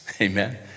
amen